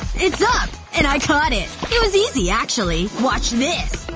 it's up! and i caught it. it was easy, actually watch this.